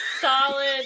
Solid